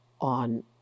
on